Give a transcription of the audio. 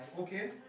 Okay